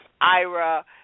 Ira